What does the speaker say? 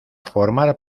formar